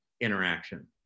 interaction